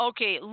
Okay